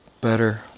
better